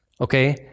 okay